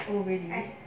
!wow! you did